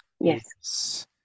yes